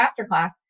masterclass